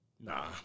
Nah